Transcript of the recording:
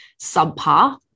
subpar